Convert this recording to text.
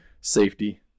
safety